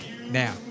Now